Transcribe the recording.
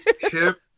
hip